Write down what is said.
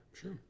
Sure